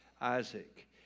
Isaac